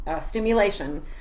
stimulation